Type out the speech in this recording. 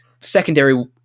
secondary